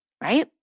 right